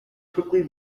quickly